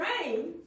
rain